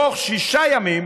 בתוך שישה ימים